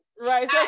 right